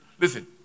Listen